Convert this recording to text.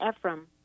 Ephraim